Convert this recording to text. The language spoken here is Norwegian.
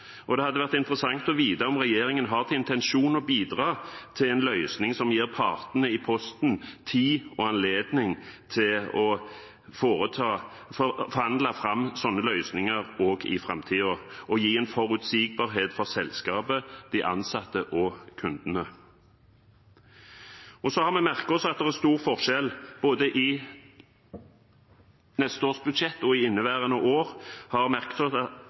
og det hadde vært interessant å vite om regjeringen har som intensjon å bidra til en løsning som gir partene i Posten tid og anledning til å forhandle fram slike løsninger også i framtiden og gi en forutsigbarhet for selskapet, de ansatte og kundene. Så har vi merket oss at det er stor forskjell, både i neste års budsjett og i inneværende år, mellom departementets forslag til betaling for ulønnsomme posttjenester og det Posten har regnet seg